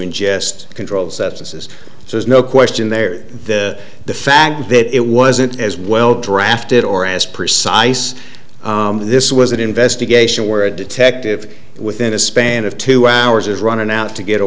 ingest controlled substances so there's no question there the the fact that it wasn't as well drafted or as precise this was an investigation where a detective within a span of two hours is running out to get a